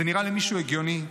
זה נראה למישהו הגיוני,